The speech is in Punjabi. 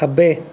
ਖੱਬੇ